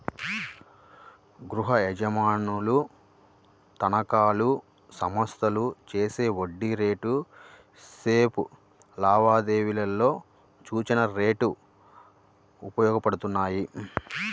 గృహయజమానుల తనఖాలు, సంస్థలు చేసే వడ్డీ రేటు స్వాప్ లావాదేవీలలో సూచన రేట్లు ఉపయోగపడతాయి